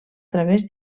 través